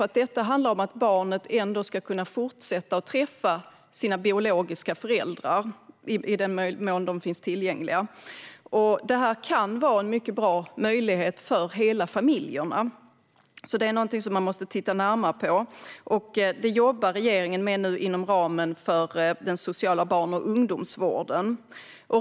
Det handlar nämligen om att barnet ändå ska kunna fortsätta träffa sina biologiska föräldrar i den mån de finns tillgängliga, och det kan vara en mycket bra möjlighet för hela familjerna. Det är alltså någonting man måste titta närmare på, och det jobbar regeringen med inom ramen för den sociala barn och ungdomsvården.